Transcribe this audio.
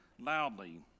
loudly